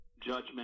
judgment